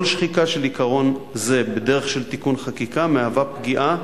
כל שחיקה של עיקרון זה בדרך של תיקון חקיקה מהווה פגיעה